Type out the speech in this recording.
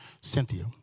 Cynthia